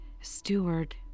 steward